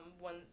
one